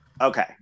Okay